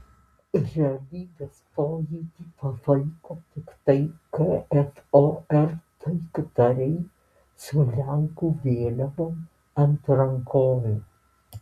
realybės pojūtį palaiko tiktai kfor taikdariai su lenkų vėliavom ant rankovių